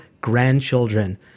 grandchildren